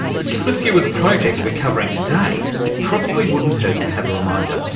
but given a few of the projects we're covering today, it probably wouldn't hurt to have a reminder.